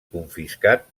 confiscat